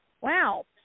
Wow